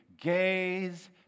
Gaze